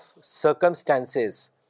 circumstances